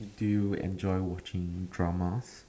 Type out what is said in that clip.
do you enjoy watching dramas